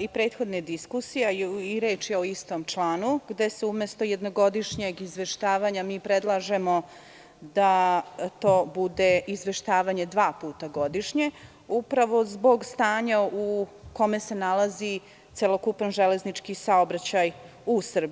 i prethodne diskusije, a i reč je o istom članu, gde umesto jednogodišnjeg izveštavanja mi predlažemo da to bude izveštavanje dva puta godišnje, upravo zbog stanja u kome se nalazi celokupan železnički saobraćaj u Srbiji.